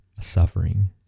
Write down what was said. suffering